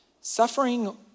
Suffering